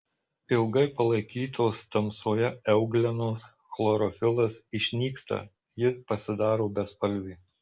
ilgai palaikytos tamsoje euglenos chlorofilas išnyksta ji pasidaro bespalvė